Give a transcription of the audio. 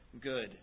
good